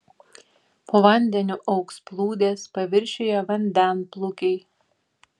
po vandeniu augs plūdės paviršiuje vandenplūkiai